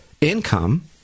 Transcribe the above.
income